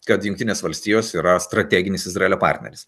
kad jungtinės valstijos yra strateginis izraelio partneris